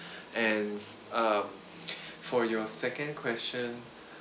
and um for your second question